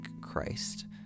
Christ